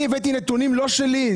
הבאתי נתונים, לא שלי.